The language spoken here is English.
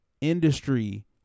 industry